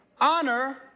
honor